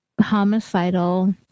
homicidal